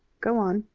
go on.